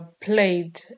played